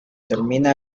termina